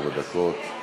ארבע דקות.